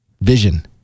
Vision